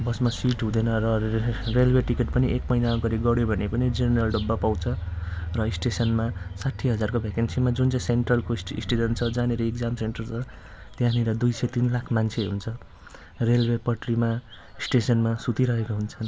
बसमा सिट हुँदैन र रेलवे टिकट पनि एक महिना अगाडि गऱ्यो भने पनि जेनरल डब्बा पाउँछ र स्टेसनमा साठी हजारको भ्याकेन्सीमा जुन चाहिँ सेन्ट्रल स्टेसन छ जहाँनिर इग्जाम सेन्टर छ त्यहाँनिर दुई से तिन लाख मान्छे हुन्छ रेलवे पट्रीमा स्टेसनमा सुतिरहेका हुन्छन्